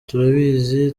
turabizi